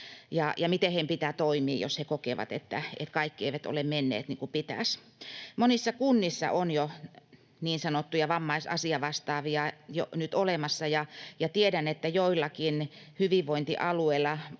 ja miten heidän pitää toimia, jos he kokevat, että kaikki ei ole mennyt niin kuin pitäisi. Monissa kunnissa on niin sanottuja vammaisasiavastaavia jo nyt olemassa, ja tiedän, että joillakin hyvinvointialueilla